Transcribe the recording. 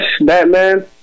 Batman